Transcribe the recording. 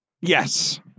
Yes